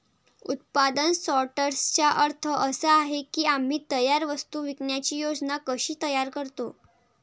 उत्पादन सॉर्टर्सचा अर्थ असा आहे की आम्ही तयार वस्तू विकण्याची योजना कशी तयार करतो